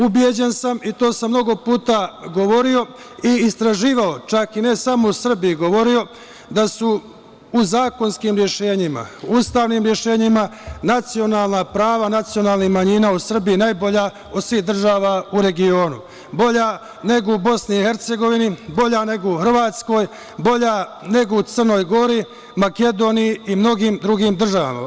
Ubeđen sam i to sam mnogo puta govorio i istraživao, čak i ne samo u Srbiji, govorio da su u zakonskim rešenjima, ustavnim rešenjima nacionalna prava nacionalnih manjina u Srbiji najbolja od svih država u regionu, bolja nego u BiH, bolja nego u Hrvatskoj, bolja nego u Crnoj Gori, Makedoniji i mnogim drugim državama.